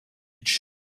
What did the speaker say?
edge